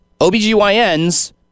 OBGYNs